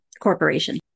corporation